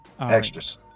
Extras